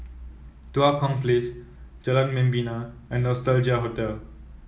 Tua Kong Place Jalan Membina and Nostalgia Hotel